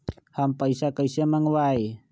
हम पैसा कईसे मंगवाई?